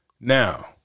Now